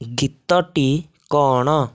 ଗୀତଟି କ'ଣ